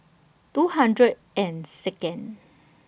two hundred and Second